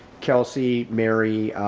kelsey, mary,